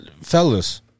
fellas